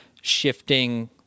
shifting